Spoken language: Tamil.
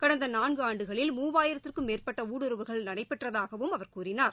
கடந்த நான்கு ஆண்டுகளில் மூவாயிரத்துக்கும் மேற்பட்ட ஊடுறுவல்கள் நடைபெற்றதாகவும் அவர் கூறினார்